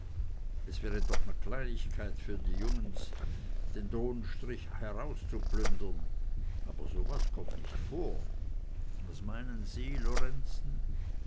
es wäre doch ne kleinigkeit für die jungens den dohnenstrich auszuplündern aber so was kommt nicht vor was meinen sie lorenzen